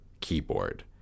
keyboard